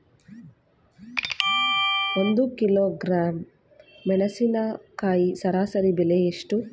ಒಂದು ಕಿಲೋಗ್ರಾಂ ಮೆಣಸಿನಕಾಯಿ ಸರಾಸರಿ ಬೆಲೆ ಎಷ್ಟು?